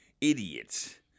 idiots